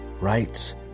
right